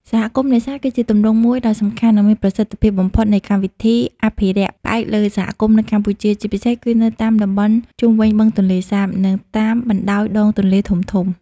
សហគមន៍នេសាទ គឺជាទម្រង់មួយដ៏សំខាន់ និងមានប្រសិទ្ធភាពបំផុតនៃកម្មវិធីអភិរក្សផ្អែកលើសហគមន៍នៅកម្ពុជា ជាពិសេសគឺនៅតាមតំបន់ជុំវិញបឹងទន្លេសាប និងតាមបណ្ដោយដងទន្លេធំៗ។